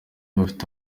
bafite